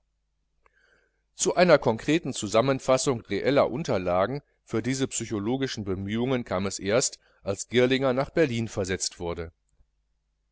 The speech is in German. zu einer konkreten zusammenfassung reeller unterlagen für diese psychologischen bemühungen kam es aber erst als girlinger nach berlin versetzt wurde